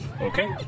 Okay